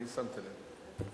אני שמתי לב.